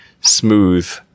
smooth